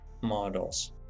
Models